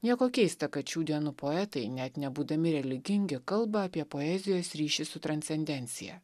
nieko keista kad šių dienų poetai net nebūdami religingi kalba apie poezijos ryšį su transcendencija